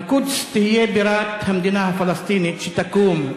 אל-קודס תהיה בירת המדינה הפלסטינית שתקום.